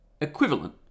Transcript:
equivalent